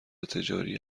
تجاری